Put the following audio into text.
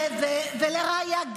לראיה,